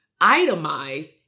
itemize